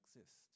exist